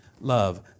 love